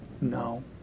No